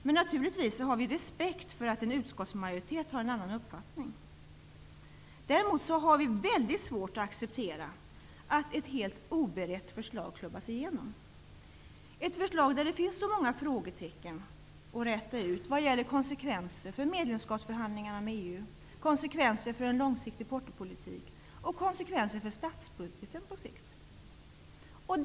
Men vi har naturligtvis respekt för att en utskottsmajoritet har en annan uppfattning. Däremot har vi väldigt svårt att acceptera att ett helt oberett förslag skall klubbas igenom. Det är ett förslag där det finns många frågetecken att räta ut vad gäller konsekvenser för medlemskapsförhandlingarna med EU, konsekvenser för en långsiktig portopolitik och konsekvenser för statsbudgeten på sikt.